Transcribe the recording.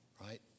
right